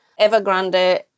Evergrande